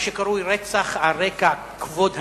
מה שקרוי "רצח על רקע כבוד המשפחה".